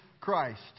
Christ